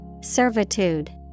Servitude